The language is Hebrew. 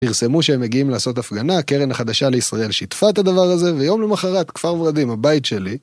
פרסמו שהם מגיעים לעשות הפגנה, קרן החדשה לישראל שיתפה את הדבר הזה, ויום למחרת כפר ורדים הבית שלי.